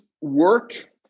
work